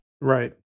Right